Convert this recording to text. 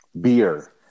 beer